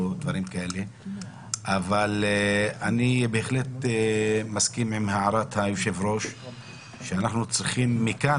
אני בהחלט מסכים עם הערת היושב ראש שמכאן